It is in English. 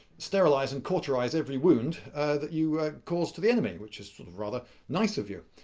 sterilize and cauterize every wound that you cause to the enemy. which is sort of rather nice of you.